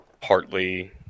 partly